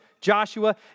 Joshua